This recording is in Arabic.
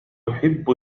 أحب